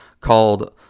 called